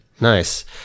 nice